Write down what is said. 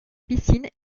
piscine